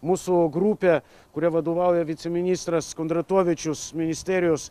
mūsų grupė kuriai vadovauja viceministras kondratovičius ministerijos